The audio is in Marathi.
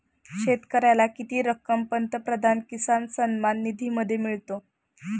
शेतकऱ्याला किती रक्कम पंतप्रधान किसान सन्मान निधीमध्ये मिळते?